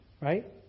Right